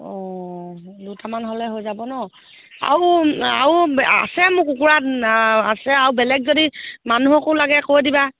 অঁ দুটামান হ'লে হৈ যাব নহ্ আৰু আৰু আছে মোৰ কুকুৰা আ আছে আৰু বেলেগ যদি মানুহকো লাগে কৈ দিবা